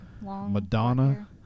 Madonna